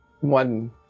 One